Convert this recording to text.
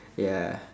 ya